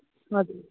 हजुर